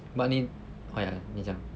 but 你 !aiya! 你讲